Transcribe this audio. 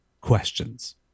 questions